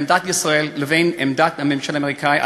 עמדת ישראל לבין עמדת הממשל האמריקני,